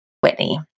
Whitney